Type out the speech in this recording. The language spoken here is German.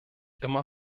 immer